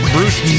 Bruce